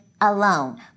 Alone